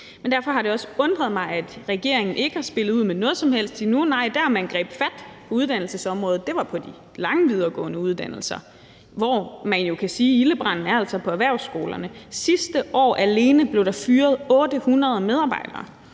Men derfor har det også undret mig, at regeringen ikke har spillet ud med noget som helst endnu. Nej, der, hvor man har grebet fat på uddannelsesområdet, har været på de lange videregående uddannelser, hvor vi jo altså kan sige at ildebranden er på erhvervsskolerne. Alene sidste år blev der fyret 800 medarbejdere.